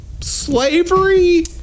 slavery